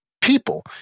people